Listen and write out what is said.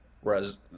Whereas